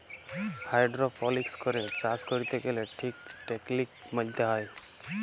hydroponics করে চাষ ক্যরতে গ্যালে ঠিক টেকলিক মলতে হ্যয়